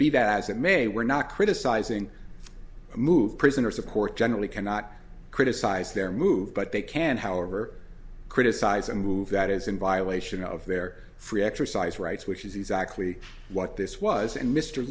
be that as it may we're not criticizing the move prisoners of court generally cannot criticize their move but they can however criticize a move that is in violation of their free exercise rights which is exactly what this was and mr